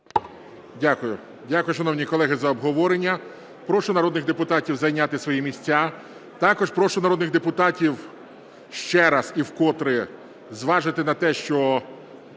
Дякую. Дякую, шановні колеги, за обговорення. Прошу народних депутатів зайняти свої місця. Також прошу народних депутатів ще раз і вкотре зважити на те, що